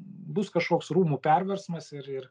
bus kažkoks rūmų perversmas ir ir